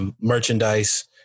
merchandise